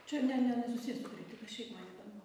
čia ne ne nesusiję su kritika šiaip man įdomu